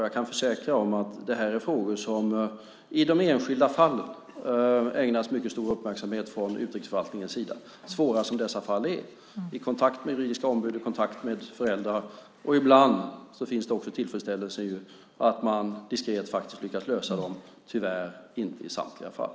Jag kan försäkra om att det här är frågor som i de enskilda fallen ägnas mycket stor uppmärksamhet från Utrikesförvaltningens sida, svåra som dessa fall är, genom kontakt med juridiska ombud och föräldrar. Ibland finns också tillfredsställelsen att man diskret lyckas lösa dem, tyvärr inte i samtliga fall.